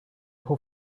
who